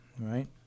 Right